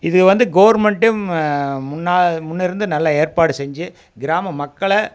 இது வந்து கவர்மெண்ட்டே மா முன்னா முன்னேருந்து நல்ல ஏற்பாடு செஞ்சு கிராம மக்களை